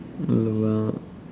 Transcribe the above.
alamak